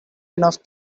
enough